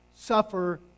suffer